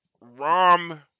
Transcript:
Rom